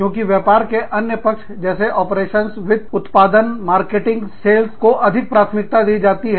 क्योंकि व्यापार के अन्य पक्ष जैसे ऑपरेशनवित्त उत्पादन मार्केटिंग सेल्स को अधिक प्राथमिकता दी जाती है